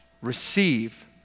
receive